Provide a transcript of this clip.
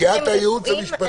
כי את הייעוץ המשפטי.